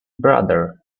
brother